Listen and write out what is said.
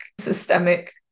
systemic